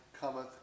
cometh